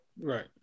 Right